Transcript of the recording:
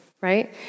right